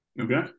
Okay